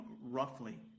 roughly